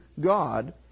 God